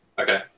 Okay